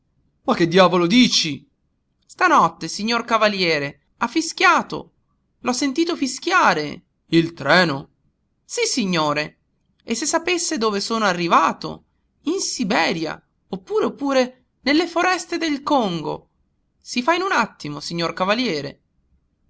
ma che diavolo dici stanotte signor cavaliere ha fischiato l'ho sentito fischiare il treno sissignore e se sapesse dove sono arrivato in siberia oppure oppure nelle foreste del congo si fa in un attimo signor cavaliere